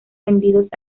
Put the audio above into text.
vendidos